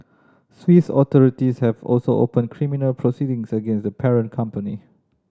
Swiss authorities have also opened criminal proceedings against the parent company